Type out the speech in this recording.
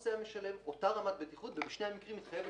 אותה רמת בטיחות ובשני המקרים מתחייבת